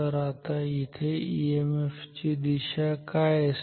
आता इथे ईएमएफ ची दिशा काय असेल